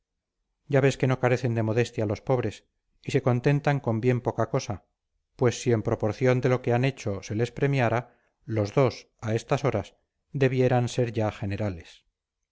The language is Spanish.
ya ves que no carecen de modestia los pobres y se contentan con bien poca cosa pues si en proporción de lo que han hecho se les premiara los dos a estas horas debieran ser ya generales